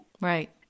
Right